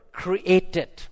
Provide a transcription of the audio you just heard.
created